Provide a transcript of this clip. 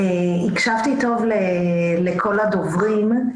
הקשבתי טוב לכל הדוברים,